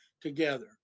together